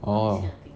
this kind of thing